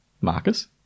Marcus